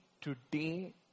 today